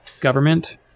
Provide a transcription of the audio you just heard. government